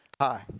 hi